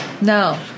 No